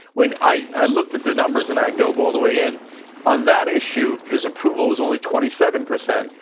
when i looked at the numbers. and i dove all the way in on that issue, his approval was only twenty seven percent,